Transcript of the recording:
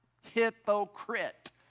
Hypocrite